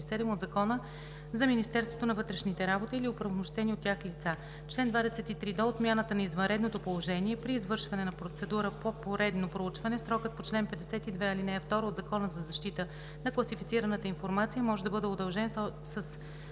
от Закона за Министерството на вътрешните работи или оправомощени от тях лица. Чл. 23. До отмяната на извънредното положение, при извършване на процедура по поредно проучване, срокът по чл. 52, ал. 2 от Закона за защита на класифицираната информация може да бъде удължен с